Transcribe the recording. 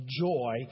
joy